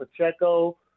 Pacheco